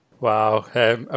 Wow